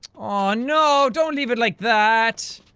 aaw, no, don't leave it like that